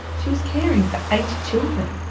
she was caring for eight children.